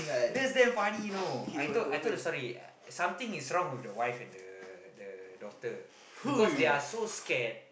that's damn funny you know I told I told the story something is wrong with the wife and the the daughter because they are so scared